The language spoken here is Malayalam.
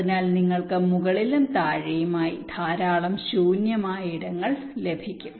അതിനാൽ നിങ്ങൾക്ക് മുകളിലും താഴെയുമായി ധാരാളം ശൂന്യമായ ഇടങ്ങൾ ലഭിക്കും